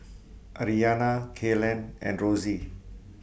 Aryanna Kaylen and Rosey